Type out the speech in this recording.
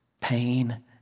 pain